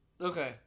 Okay